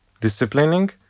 disciplining